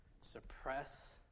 suppress